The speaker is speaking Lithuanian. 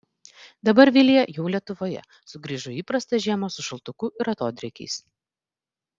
dabar vilija jau lietuvoje sugrįžo į įprastą žiemą su šaltuku ir atodrėkiais